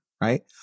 right